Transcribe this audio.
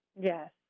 yes